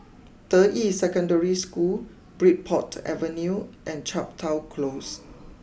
Deyi Secondary School Bridport Avenue and Chepstow close